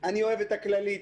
אני אוהב את הכללית,